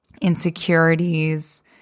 Insecurities